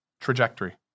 trajectory